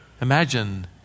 imagine